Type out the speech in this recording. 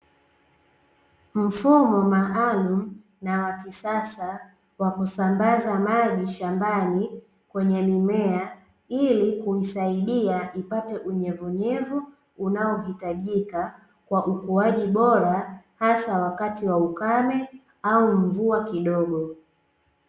Mfumo maalumu na wa kisasa wakusambaza maji shambani, kwenye mimea, ili kusaidia ipate unyevuunyevu unaohitajika, kwa ukuaji bora hasa wakati wa ukame au mvua kidogo.